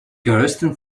größten